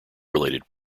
related